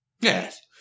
Yes